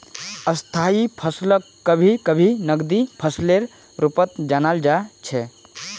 स्थायी फसलक कभी कभी नकदी फसलेर रूपत जानाल जा छेक